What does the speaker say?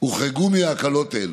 הוחרגו מהקלות אלו: